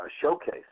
showcase